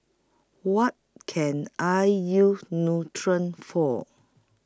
What Can I use Nutren For